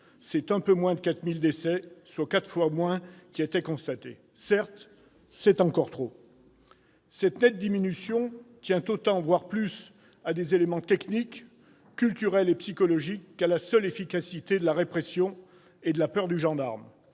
c'est un peu moins de 4 000 décès, soit quatre fois moins. Certes, c'est encore trop. Cette nette diminution tient autant, voire plus, à des éléments techniques, culturels et psychologiques qu'à la seule efficacité de la répression et de la peur du gendarme,